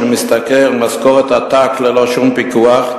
שמשתכר משכורת עתק ללא שום פיקוח,